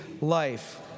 life